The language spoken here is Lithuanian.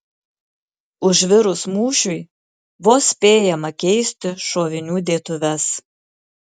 užvirus mūšiui vos spėjama keisti šovinių dėtuves